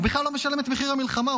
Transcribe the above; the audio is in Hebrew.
הוא בכלל לא משלם את מחיר המלחמה.